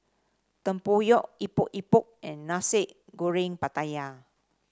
tempoyak Epok Epok and Nasi Goreng Pattaya